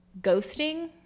ghosting